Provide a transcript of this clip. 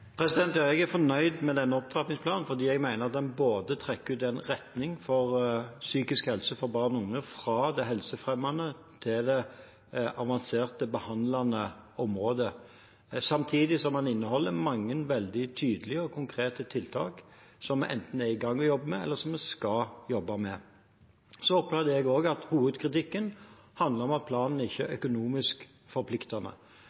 Ja, jeg er fornøyd med denne opptrappingsplanen fordi jeg mener den trekker opp en retning for psykisk helse for barn og unge, fra det helsefremmende til det avanserte, behandlende området, samtidig som den inneholder mange veldig tydelige og konkrete tiltak som vi enten er i gang med å jobbe med, eller som vi skal jobbe med. Jeg opplever også at hovedkritikken handler om at planen ikke er